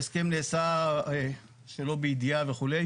ההסכם נעשה, שלא בידיעה וכו'.